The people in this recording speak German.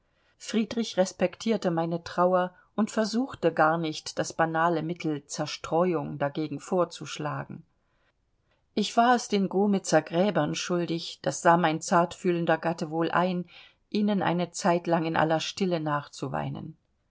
friedrich respektierte meine trauer und versuchte gar nicht das banale mittel zerstreuung dagegen vorzuschlagen ich war es den grumitzer gräbern schuldig das sah mein zartfühlender gatte wohl ein ihnen eine zeit lang in aller stille nachzuweinen